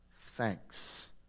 thanks